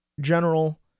general